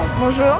Bonjour